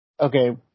Okay